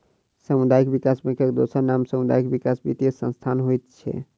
सामुदायिक विकास बैंकक दोसर नाम सामुदायिक विकास वित्तीय संस्थान होइत छै